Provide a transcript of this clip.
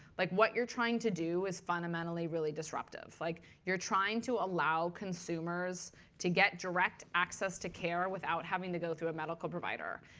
like what you're trying to do is fundamentally really disruptive. like you're trying to allow consumers to get direct access to care without having to go through a medical provider.